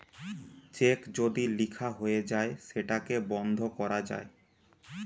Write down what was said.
check যদি লিখা হয়ে যায় সেটাকে বন্ধ করা যায়